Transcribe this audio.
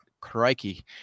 crikey